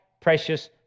precious